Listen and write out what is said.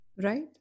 Right